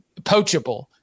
poachable